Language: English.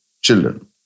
children